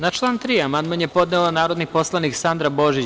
Na član 3. amandman je podnela narodni poslanik Sandra Božić.